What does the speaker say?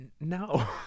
no